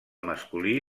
masculí